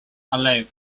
alive